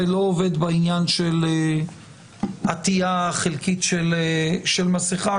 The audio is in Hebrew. ולא עובד בעניין של עטייה חלקית של מסכה,